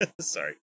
Sorry